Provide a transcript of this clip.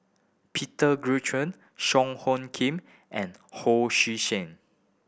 Peter Song Hoon Kim and Ho Sui Sen